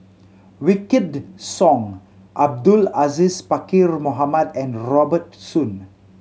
Wykidd Song Abdul Aziz Pakkeer Mohamed and Robert Soon